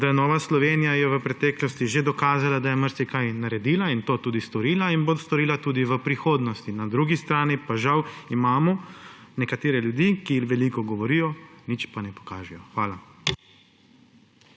da Nova Slovenija je v preteklosti že dokazala, da je marsikaj naredila in to tudi storila, in bo storila tudi v prihodnje. Na drugi strani pa žal imamo nekatere ljudi, ki veliko govorijo, ničesar pa ne pokažejo. Hvala.